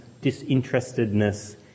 disinterestedness